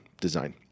design